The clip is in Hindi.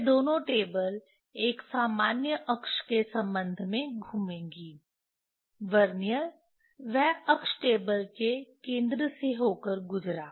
यह दोनों टेबल एक सामान्य अक्ष के संबंध में घूमेगी वर्नियर वह अक्ष टेबल के केंद्र से होकर गुजरा